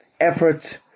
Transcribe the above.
effort